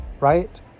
right